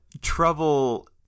Trouble